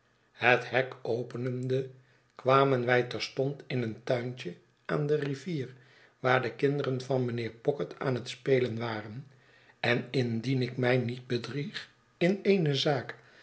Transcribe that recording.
het hek openende kwamen wij terstond in een tuintje aan de rivier waar de kinderen van mijnheer pocket aan het spelen waren en indien ik mij niet bedrieg in eene zaak